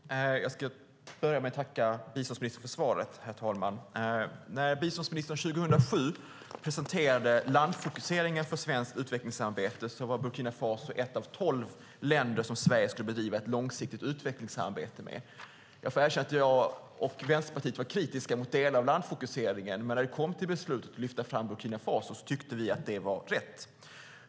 Herr talman! Jag ska börja med att tacka biståndsministern för svaret. När biståndsministern 2007 presenterade landfokuseringen för svenskt utvecklingssamarbete var Burkina Faso ett av de tolv länder som Sverige skulle bedriva ett långsiktigt utvecklingssamarbete med. Jag och Vänsterpartiet var kritiska mot delar av landfokuseringen, men beslutet att lyfta fram Burkina Faso tyckte vi var rätt.